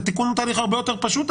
תיקון הוא תהליך הרבה יותר פשוט,